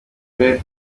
rwe